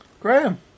Graham